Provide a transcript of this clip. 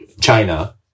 China